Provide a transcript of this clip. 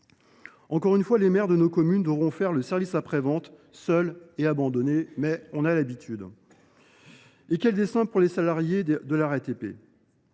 Encore une fois, les maires de nos communes devront faire le service après vente, seuls et abandonnés. Mais nous avons l’habitude ! Et quel destin pour les salariés de la RATP ?